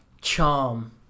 charm